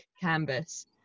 canvas